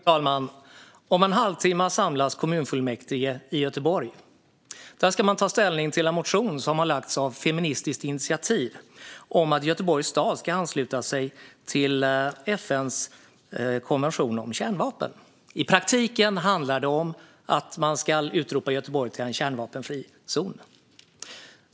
Fru talman! Om en halvtimme samlas kommunfullmäktige i Göteborg. Där ska man ta ställning till en motion som lagts fram av Feministiskt initiativ om att Göteborgs stad ska ansluta sig till FN:s konvention om kärnvapen. I praktiken handlar det om att man ska utropa Göteborg till en kärnvapenfri zon.